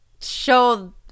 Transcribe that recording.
show